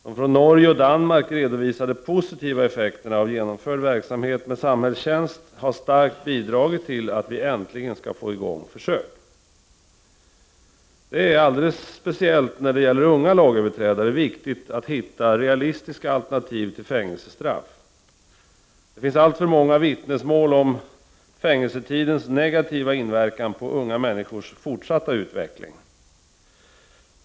De från Norge och Danmark redovisade positiva effekterna av genomförd verksamhet med samhällstjänst har starkt bidragit till att vi äntligen skall få i gång försök. Det är — alldeles speciellt när det gäller unga lagöverträdare — viktigt att hitta realistiska alternativ till fängelsestraff. Det finns alltför många vittnesmål om fängelsetidens negativa inverkan på unga människors fortsatta utveckling.